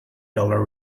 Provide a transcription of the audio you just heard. dollar